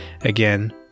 Again